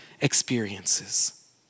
experiences